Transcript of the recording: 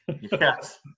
yes